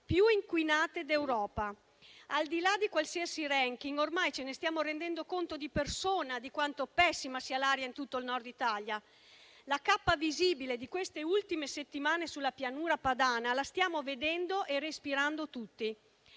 più inquinate d'Europa. Al di là di qualsiasi *ranking*, ormai ce ne stiamo rendendo conto di persona di quanto pessima sia l'aria in tutto il Nord Italia. La cappa visibile delle ultime settimane sulla Pianura Padana la stiamo vedendo e respirando tutti.